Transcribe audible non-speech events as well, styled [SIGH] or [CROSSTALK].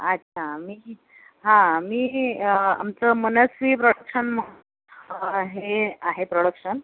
अच्छा मी हां मी आमचं मनस्वी प्रॉडक्शन म्हणून [UNINTELLIGIBLE] आहे आहे प्रॉडक्शन